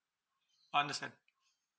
I understand